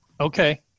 Okay